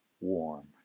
warm